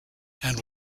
and